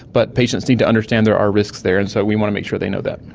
but patients need to understand there are risks there, and so we want to make sure they know that.